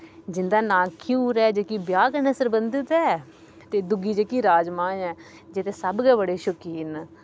जिंदा नां घ्युर ऐ जेह्की ब्याह् कन्नै सरबंधत ऐ ते दुआ जेह्की राजमां ऐ जेह्दे सब गै बड़े शकीन न